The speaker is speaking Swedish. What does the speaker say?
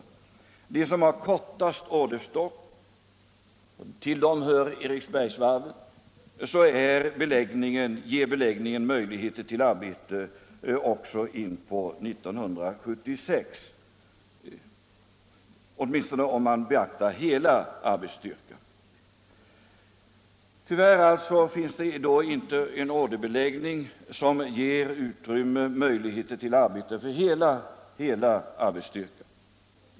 För dem som har den kortaste orderstocken = till dem hör Eriksbergsvarvet — ger beläggningen möjligheter till arbete in på år 1976, åtminstone om man beaktar hela arbetsstyrkan. Tyvärr finns det då inte en orderbeläggning som ger utrymme för och möjligheter till arbete för hela arbetsstyrkan.